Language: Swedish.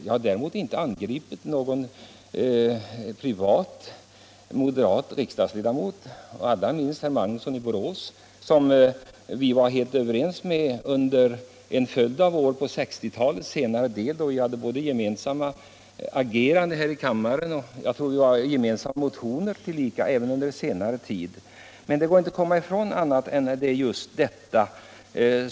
Jag har däremot inte angripit någon privat moderat riksdagsledamot, allra minst herr Magnusson i Borås, som vi från centern var helt ense med i denna fråga under en följd av år under 1960-talets senare del; vi agerade gemensamt här i kammaren, och jag tror t.o.m. vi. hade gemensamma motioner. Det har även förekommit under senare tid.